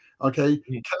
okay